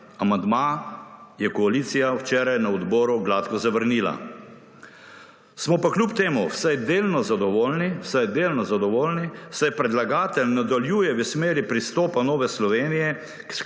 Amandma je koalicija včeraj na odboru gladko zavrnila. Smo pa kljub temu vsaj delno zadovoljni, vsaj delno zadovoljni, saj predlagatelj nadaljuje v smeri pristopa Nove Slovenije